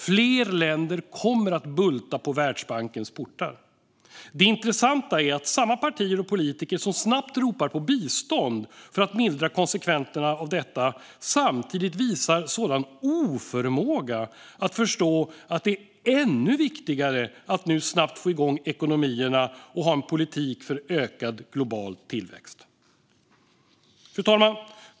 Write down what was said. Fler länder kommer att bulta på Världsbankens portar. Det intressanta är att samma partier och politiker som snabbt ropar på bistånd för att mildra konsekvenserna av detta samtidigt visar en sådan oförmåga att förstå att det är ännu viktigare att snabbt få igång ekonomierna och ha en politik för ökad tillväxt globalt. Fru talman!